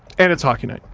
and it's hockey night.